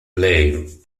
laying